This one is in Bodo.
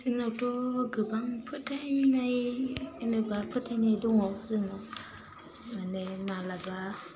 जोंनावथ' गोबां फोथाइनाय होनोबा फोथाइनाय दङ जोंनाव माने मालाबा